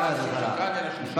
לא אמרתי לו שהוא שקרן אלא שהוא שיקר.